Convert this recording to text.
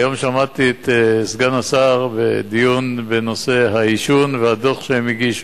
היום שמעתי את סגן השר בדיון בנושא העישון והדוח שהם הגישו.